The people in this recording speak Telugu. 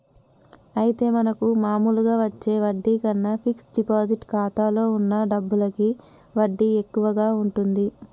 అయితే మనకు మామూలుగా వచ్చే వడ్డీ కన్నా ఫిక్స్ డిపాజిట్ ఖాతాలో ఉన్న డబ్బులకి వడ్డీ ఎక్కువగా ఉంటుంది